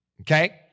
Okay